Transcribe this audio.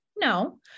No